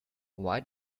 why